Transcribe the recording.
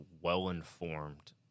well-informed